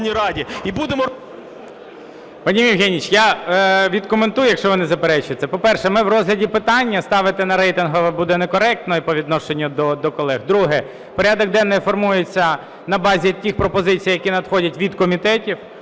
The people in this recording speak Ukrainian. відкоментую, якщо ви не заперечуєте. По-перше, ми в розгляді питання і ставити на рейтингове буде некоректно по відношенню до колег. Друге: порядок денний формується на базі тих пропозицій, які надходять від комітетів,